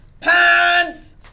pants